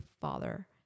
father